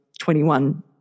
21